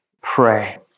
pray